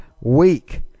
week